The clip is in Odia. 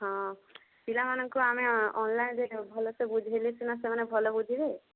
ହଁ ପିଲାମାନଙ୍କୁ ଆମେ ଅନଲାଇନରେ ଭଲସେ ବୁଝାଇଲେ ସିନା ସେମାନେ ଭଲ ବୁଝିବେ